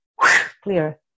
clear